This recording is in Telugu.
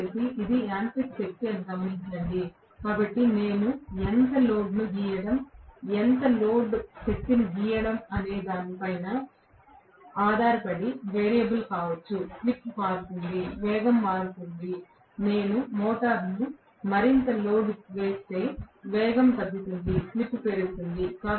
దయచేసి ఇది యాంత్రిక శక్తి అని గమనించండి కాబట్టి ఇది నేను ఎంత లోడ్ను గీయడం ఎంత లోడ్ శక్తిని గీయడం అనే దానిపై ఆధారపడి వేరియబుల్ కావచ్చు స్లిప్ మారుతుంది వేగం మారుతుంది నేను మోటారును మరింత లోడ్ చేస్తే వేగం తగ్గుతుంది స్లిప్ పెరుగుతుంది